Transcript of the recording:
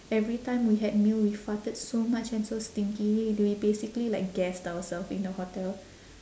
every time we had meal we farted so much and so stinky we basically like gassed ourselves in the hotel